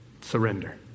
Surrender